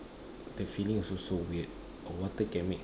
the feeling also so weird got water can mix